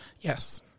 Yes